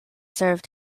serve